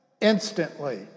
instantly